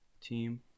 team